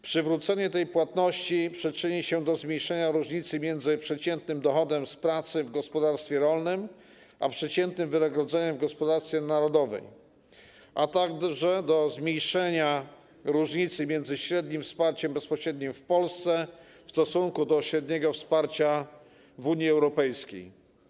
Przywrócenie tej płatności przyczyni się do zmniejszenia różnicy między przeciętnym dochodem z pracy w gospodarstwie rolnym a przeciętnym wynagrodzeniem w gospodarce narodowej, a także do zmniejszenia różnicy między średnim wsparciem bezpośrednim w Polsce a średnim wsparciem w Unii Europejskiej.